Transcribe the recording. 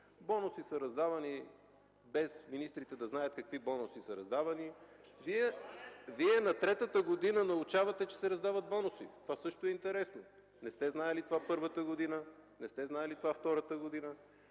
бонуси са раздавани без министрите да знаят какви бонуси са раздавани. Вие на третата година научавате, че се раздават бонуси. Това също е интересно. Не сте знаели това първата година, не сте знаели това втората година